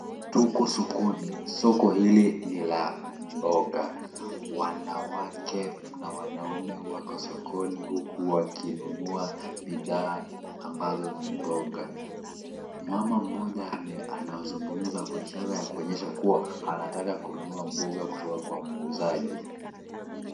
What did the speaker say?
Tuko sokoni. Soko hili ni la mboga. Wanawake na wanaume wako sokoni huku wakinunua bidhaa ambazo ni mboga. Mama mmoja anazungumza kwa ishara ya kuonyesha kuwa anataka kununua mboga kutoka kwa mwuzaji.